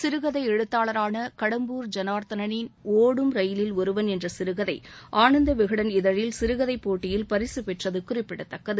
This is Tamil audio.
சிறுகதை எழுத்தாளரான கடம்பூர் ஜனார்த்தனின் ஒடும் ரயிலில் ஒருவன் என்ற சிறுகதை ஆனந்த விகடன் இதழில் சிறுகதை போட்டியில் பரிசு பெற்றது குறிப்பிடத்தக்கது